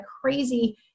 crazy